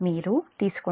మీరు తీసుకుంటే Z0 j3